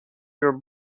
your